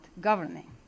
governing